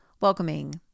welcoming